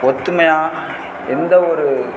ஒத்துமையாக எந்த ஒரு